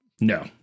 No